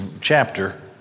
chapter